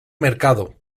mercado